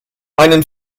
einen